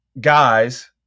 guys